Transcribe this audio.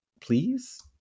please